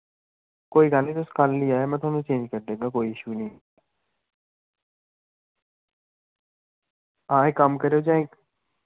कोई गल्ल निं कल तुस लेई आओ कल में तुसेंगी चेंज करी देगा कोई इशू निं ऐ हां इक कम्म करेओ जां